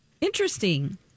interesting